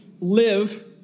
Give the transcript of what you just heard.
live